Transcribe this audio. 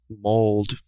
mold